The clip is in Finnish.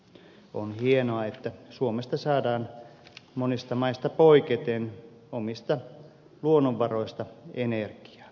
on hienoa että suomessa saadaan monista maista poiketen omista luonnonvaroista energiaa